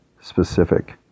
specific